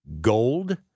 gold